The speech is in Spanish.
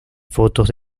fotos